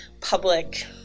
public